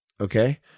okay